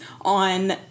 on